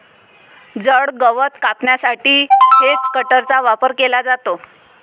जड गवत कापण्यासाठी हेजकटरचा वापर केला जातो